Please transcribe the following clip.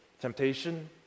Temptation